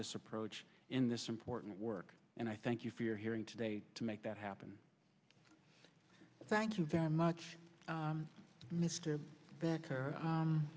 this approach in this important work and i thank you for your hearing today to make that happen thank you very much mr becker